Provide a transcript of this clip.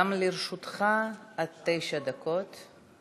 גם לרשותך עד תשע דקות.